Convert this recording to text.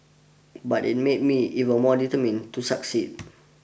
but it made me even more determined to succeed